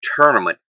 tournament